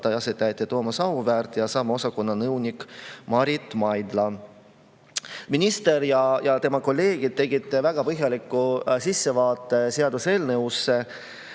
asetäitja Thomas Auväärt ja sama osakonna nõunik Marit Maidla. Minister ja tema kolleegid tegid väga põhjaliku sissevaate seaduseelnõusse.